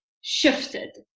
shifted